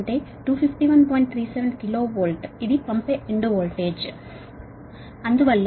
37 KV ఇది పంపే end voltage సరేనా